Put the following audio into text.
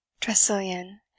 Tressilian